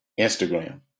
Instagram